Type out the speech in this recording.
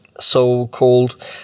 so-called